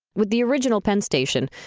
with the original penn station,